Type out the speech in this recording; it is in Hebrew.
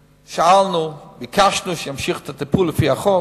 שאלנו, ביקשנו שימשיכו את הטיפול לפי החוק.